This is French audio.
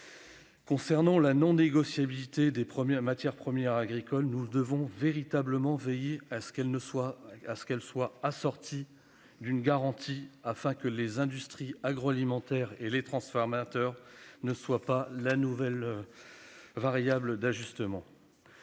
concerne la non-négociabilité des matières premières agricoles, nous devrons veiller à ce qu'elle soit assortie d'une garantie, afin que les industries agroalimentaires et les transformateurs ne soient pas la nouvelle variable d'ajustement.